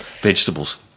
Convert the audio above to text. vegetables